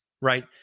right